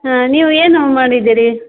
ಹಾಂ ನೀವು ಏನು ಮಾಡಿದೀರಿ